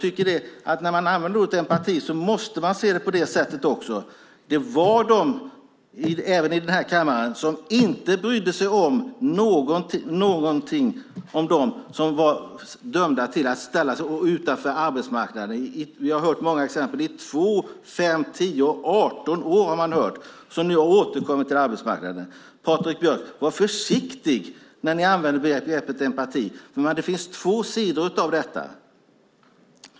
När vi använder ordet empati måste vi se det hela på det sättet också. Det fanns de - även i den här kammaren - som inte brydde sig om dem som var dömda att stå utanför arbetsmarknaden i 2, 5, 10 eller 18 år. Vi har hört många exempel. De har nu återkommit till arbetsmarknaden. Patrik Björck! Var försiktig när ni använder begreppet empati. Det finns två sidor av detta.